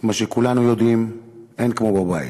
את מה שכולנו יודעים: אין כמו בבית.